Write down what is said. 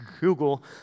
Google